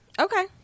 Okay